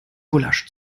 gulasch